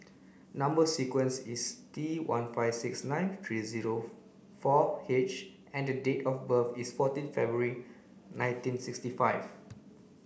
number sequence is T one five six nine three zero four H and date of birth is fourteen February nineteen sixty five